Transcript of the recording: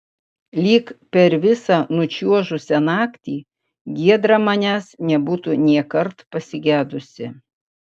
lyg per visą nučiuožusią naktį giedra manęs nebūtų nėkart pasigedusi